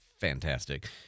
fantastic